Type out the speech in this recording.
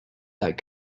that